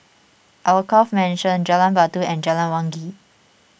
Alkaff Mansion Jalan Batu and Jalan Wangi